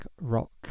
rock